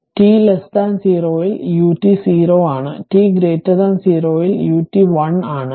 t0 ൽ ut 0 ആണ് t0 ൽ ut 1ആണ്